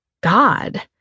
God